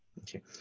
Okay